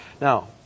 Now